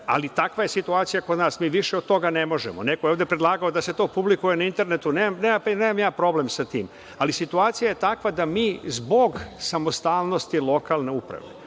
Ali, takva je situacija kod nas. Mi više od toga ne možemo. Neko je ovde predlagao da se to publikuje na internetu. Nemam ja problem sa tim, ali situacija je takva da mi zbog samostalnosti lokalne samouprave,